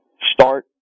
start